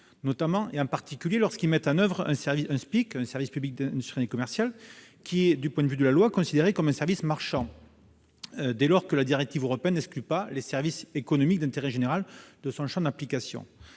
consommation, en particulier lorsqu'ils mettent en oeuvre un service public industriel et commercial, ou SPIC, qui est légalement considéré comme un service marchand, dès lors que la directive européenne n'exclut pas les « services économiques d'intérêt général » de son champ d'application.